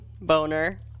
boner